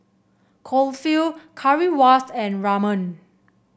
Kulfi Currywurst and Ramen